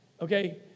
okay